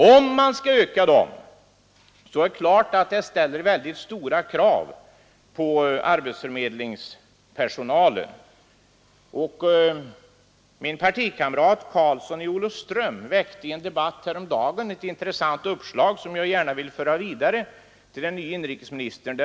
Om man skulle öka dem ställs naturligtvis väldigt stora krav på arbetsförmedlingspersonalen. Min partikamrat herr Carlström i Olofström lade i en debatt häromdagen fram ett intressant uppslag, som jag gärna vill föra vidare som ett tips till den nya inrikesministern.